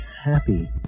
happy